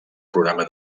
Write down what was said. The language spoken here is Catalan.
programa